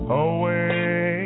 away